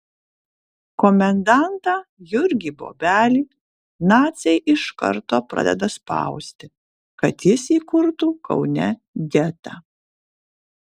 komendantą jurgį bobelį naciai iš karto pradeda spausti kad jis įkurtų kaune getą